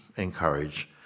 Encourage